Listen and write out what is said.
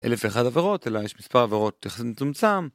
אלף ואחד עבירות, אלא יש מספר עבירות טכנית זה מצומצם